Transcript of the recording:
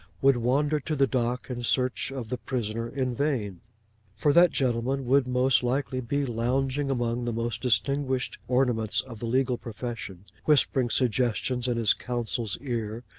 would wander to the dock in search of the prisoner, in vain for that gentleman would most likely be lounging among the most distinguished ornaments of the legal profession, whispering suggestions in his counsel's ear,